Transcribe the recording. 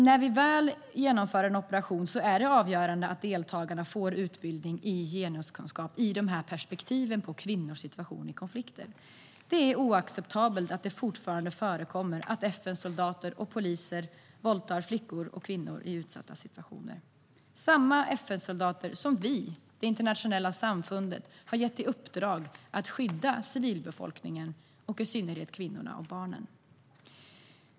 När vi väl genomför en operation är det avgörande att deltagarna får utbildning i genuskunskap och kan få de här perspektiven på kvinnors situation i konflikter. Det är oacceptabelt att det fortfarande förekommer att FN-soldater och poliser våldtar flickor och kvinnor i utsatta situationer - samma FN-soldater som vi, det internationella samfundet, har gett i uppdrag att skydda civilbefolkningen och i synnerhet kvinnorna och barnen.